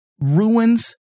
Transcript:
ruins